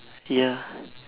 ya